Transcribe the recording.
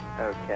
Okay